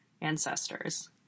ancestors